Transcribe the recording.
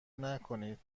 نکنید